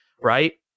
right